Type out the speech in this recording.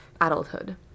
adulthood